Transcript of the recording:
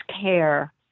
care